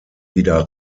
wieder